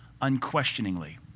unquestioningly